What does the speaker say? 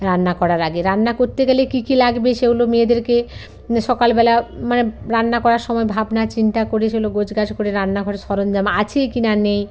রান্না করার আগে রান্না করতে গেলে কী কী লাগবে সেগুলো মেয়েদেরকে সকালবেলা মানে রান্না করার সময় ভাবনা চিন্তা করে সেগুলো গোছ গাছ করে রান্নাঘরে সরঞ্জাম আছে কি না নেই